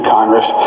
Congress